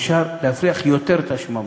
אפשר להפריח יותר את השממה,